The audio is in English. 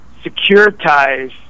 securitize